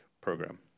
program